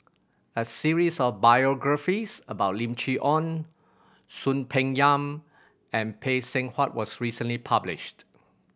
a series of biographies about Lim Chee Onn Soon Peng Yam and Phay Seng Whatt was recently published